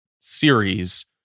series